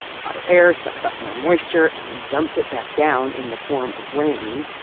hotter air sucks up more moisture and then dumps it back down in the form of rain.